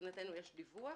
מבחינתנו יש דיווח,